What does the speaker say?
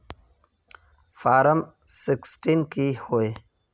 Form sixteen की होय?